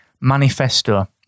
manifesto